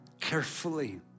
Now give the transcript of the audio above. carefully